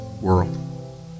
world